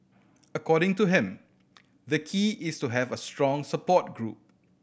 according to him the key is to have a strong support group